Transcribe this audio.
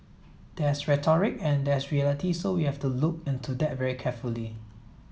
there's rhetoric and there's reality so we have to look into that very carefully